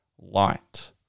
light